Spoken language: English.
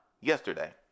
yesterday